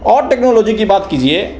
और टेक्नोलॉजी की बात कीजिए